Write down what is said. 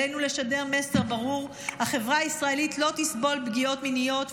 עלינו לשדר מסר ברור: החברה הישראלית לא תסבול פגיעות מיניות,